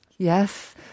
Yes